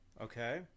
Okay